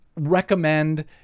recommend